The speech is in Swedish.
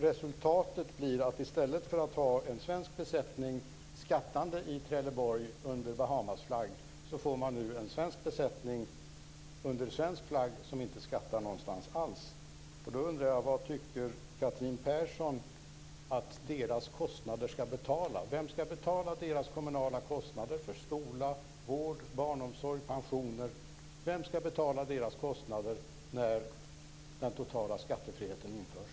Resultatet blir dock att man nu i stället för att ha en svensk besättning, skattande i Trelleborg under Bahamasflagg, får en svensk besättning under svensk flagg som inte skattar någonstans alls. Jag undrar var Catherine Persson tycker att deras kostnader ska betalas. Vem ska betala deras kommunala kostnader för skola, vård, barnomsorg och pensioner när den totala skattefriheten införs?